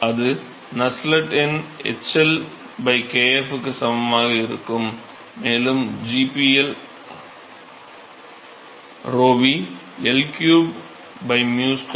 து நஸ்செல்ட் எண் hL kf க்கு சமமாக இருக்கும் மேலும் g𝞺l 𝞺v L3 𝞵2